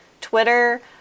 Twitter